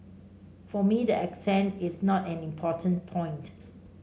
for me the accent is not an important point